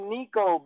Nico